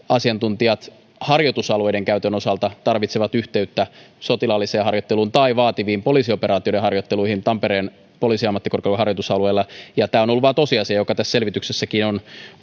asiantuntijat harjoitusalueiden käytön osalta tarvitsevat yhteyttä sotilaalliseen harjoitteluun tai vaativiin poliisioperaatioiden harjoitteluihin tampereen poliisiammattikorkeakoulun harjoitusalueella tämä on ollut vain tosiasia joka tässä selvityksessäkin on